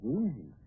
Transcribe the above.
easy